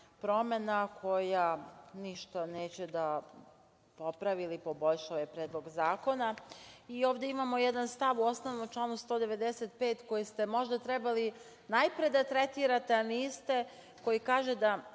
koja ništa neće da poporavi ili poboljša ovaj Predlog zakona. Ovde imamo jedan stav u osnovnom članu 195. koji ste možda trebali najpre da tretirate, a niste, koji kaže da